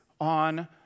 on